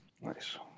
nice